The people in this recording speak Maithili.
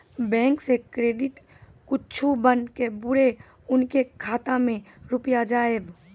बैंक से क्रेडिट कद्दू बन के बुरे उनके खाता मे रुपिया जाएब?